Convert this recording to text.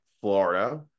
Florida